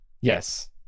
Yes